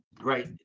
Right